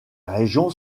régions